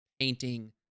painting